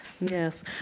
Yes